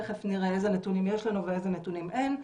תיכף נראה איזה נתונים יש לנו ואיזה נתונים אין.